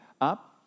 up